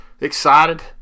excited